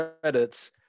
credits